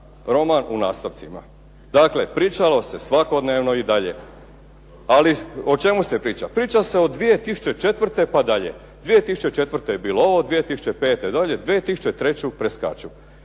roman u nastavcima. Dakle, pričalo se svakodnevno i dalje. Ali o čemu se priča. Priča se od 2004. pa dalje. 2004. je bilo ovo, 2005. dolje, 2003. preskaču.